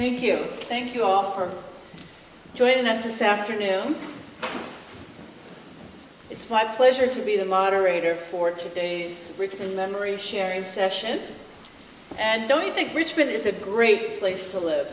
thank you thank you all for joining us this afternoon it's my pleasure to be the moderator for today rick in memory sharing session and don't you think richmond is a great place to live